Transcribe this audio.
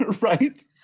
Right